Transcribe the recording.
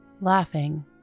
Laughing